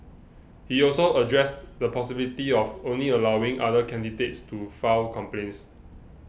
he also addressed the possibility of only allowing other candidates to file complaints